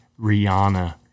Rihanna